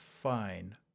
fine